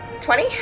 Twenty